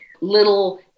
little